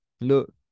look